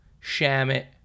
Shamit